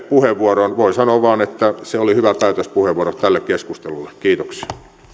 puheenvuoroon voi sanoa vain että se oli hyvä päätöspuheenvuoro tälle keskustelulle kiitoksia